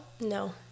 No